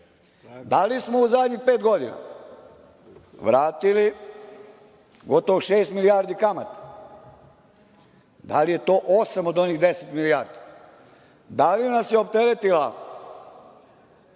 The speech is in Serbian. Da li smo u zadnjih pet godina vratili gotovo šest milijardi kamate? Da li je to osam od onih deset milijardi? Da li nas je opteretila